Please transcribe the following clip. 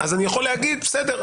אני יכול להגיד בסדר,